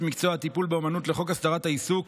מקצוע הטיפול באומנות לחוק הסדרת העיסוק